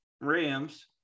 Rams